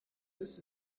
this